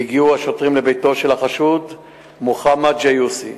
הגיעו השוטרים לביתו של החשוד מוחמד ג'יוסי.